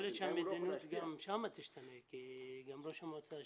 יכול להיות שהמדיניות גם שם תשתנה כי גם ראש המועצה השתנה.